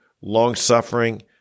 long-suffering